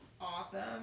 awesome